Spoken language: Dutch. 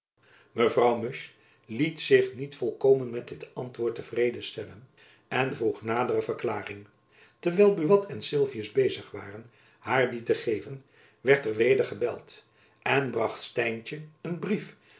mevrouw musch liet zich niet volkomen met dit antwoord te vrede stellen en vroeg nadere verklaring terwijl buat en sylvius bezig waren haar die te geven werd er weder gebeld en bracht stijntjen een brief